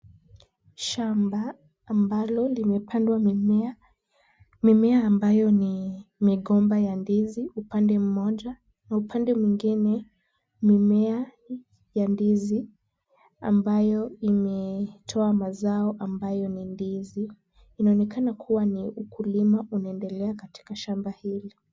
Shamba ambalo limepandwa mimea, mimea ambayo ni migomba ya ndizi upande mmoja na upande mwingine mimea ya ndizi ambayo imetoa mazao ambayo ni ndizi. Inaonekana kuwa ni ukulima unaendelea katika shamba hili.